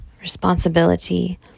responsibility